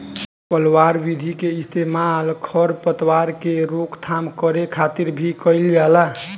पलवार विधि के इस्तेमाल खर पतवार के रोकथाम करे खातिर भी कइल जाला